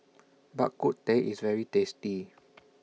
Bak Kut Teh IS very tasty